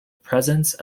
presence